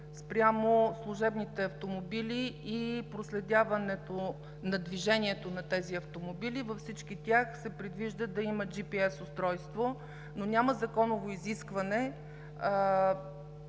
спрямо служебните автомобили и проследяването на движението на тези автомобили. Във всички тях се предвижда да има GPS устройство, но няма законово изискване